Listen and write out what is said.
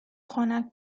خنک